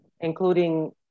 including